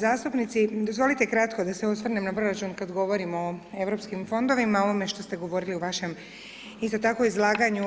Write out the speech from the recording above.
zastupnici, dozvolite kratko da se osvrnem na proračun kad govorimo o europskim fondovima o ovome što ste govorili isto tako izlaganju.